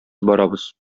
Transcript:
барабыз